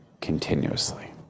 continuously